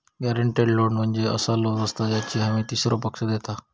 guaranteed loan म्हणजे असा loan असता ज्याची हमी तीसरो पक्ष देता